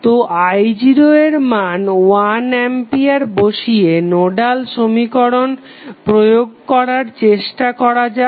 তো i0 এর মান 1 আম্পিয়ার বসিয়ে নোডাল সমীকরণ প্রয়োগ করার চেষ্টা করা যাক